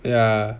ya